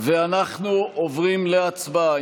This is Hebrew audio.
אנחנו עוברים להצבעה.